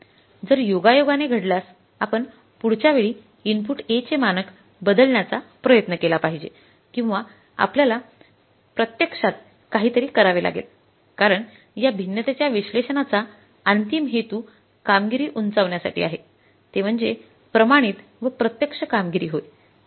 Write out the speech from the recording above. जर योगायोगाने घडल्यासआपण पुढच्या वेळी इनपुट A चे मानक बदलण्याचा प्रयत्न केला पाहिजे किंवा आपल्याला प्रत्यक्षत काहीतरी करावे लागेल कारण या भिन्नतेच्या विश्लेषणाचा अंतिम हेतू कामगिरी उंचावण्यासाठी आहे ते म्हणजे प्रमाणित व प्रत्यक्ष कामगिरी होय किंवा एकमेकांशी निगडित